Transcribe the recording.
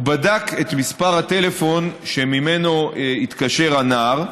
הוא בדק את מספר הטלפון שממנו התקשר הנער,